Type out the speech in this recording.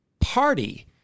party